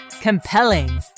Compelling